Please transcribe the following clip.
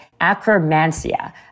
Acromancia